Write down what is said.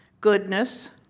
Goodness